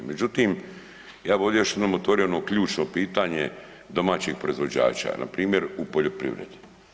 Međutim, ja bih ovdje još jednom otvorio ono ključno pitanje domaćih proizvođača npr. u poljoprivredi.